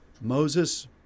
Moses